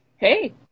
hey